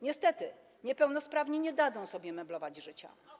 Niestety niepełnosprawni nie dadzą sobie meblować życia.